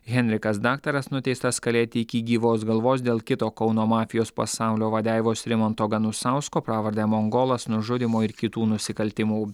henrikas daktaras nuteistas kalėti iki gyvos galvos dėl kito kauno mafijos pasaulio vadeivos rimanto ganusausko pravarde mongolas nužudymo ir kitų nusikaltimų